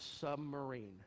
submarine